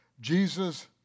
Jesus